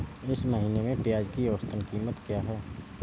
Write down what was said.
इस महीने में प्याज की औसत कीमत क्या है?